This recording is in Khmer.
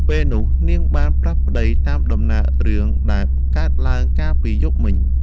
ពេលនោះនាងបានប្រាប់ប្ដីតាមដំណើររឿងដែលកើតឡើងកាលពីយប់មិញ។